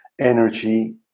energy